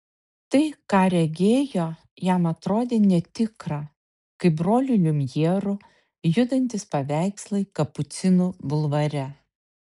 tai ką regėjo jam atrodė netikra kaip brolių liumjerų judantys paveikslai kapucinų bulvare